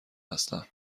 هستم